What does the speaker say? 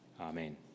Amen